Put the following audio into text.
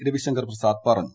രവിശങ്കർ പ്രസാദ് പറഞ്ഞു